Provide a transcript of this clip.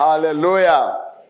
Hallelujah